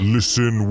Listen